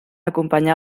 acompanyà